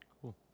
Cool